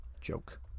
joke